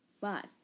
five